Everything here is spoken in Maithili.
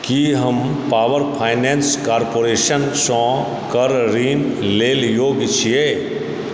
की हम पावर फाइनेंस कॉर्पोरेशनसँ कर ऋण लेल योग्य छियै